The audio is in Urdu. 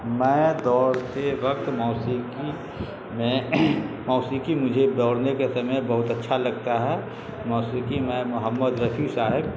میں دوڑتے وقت موسیقی میں موسیقی مجھے دوڑنے کے سمے بہت اچھا لگتا ہے موسیقی میں محمد رفیع صاحب